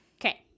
Okay